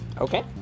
Okay